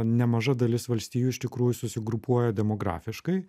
nemaža dalis valstijų iš tikrųjų susigrupuoja demografiškai